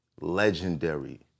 legendary